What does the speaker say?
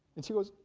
and she goes,